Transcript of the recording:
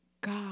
God